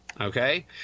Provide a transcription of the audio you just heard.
Okay